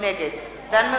נגד דן מרידור,